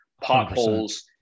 potholes